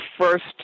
first